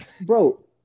bro